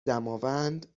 دماوند